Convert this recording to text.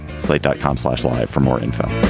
slate dot com slash alive for more info